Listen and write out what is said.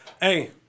Hey